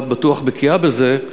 את בטוח בקיאה בזה,